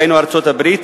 היינו ארצות-הברית,